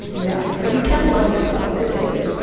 no. but you can love yourself into it.